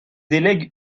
délègue